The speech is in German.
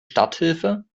starthilfe